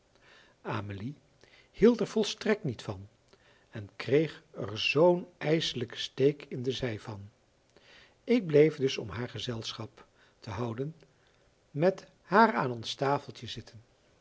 amelie hield er volstrekt niet van en kreeg er zoo'n ijselijken steek in de zij van ik bleef dus om haar gezelschap te houden met haar aan ons tafeltje zitten